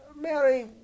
Mary